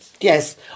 Yes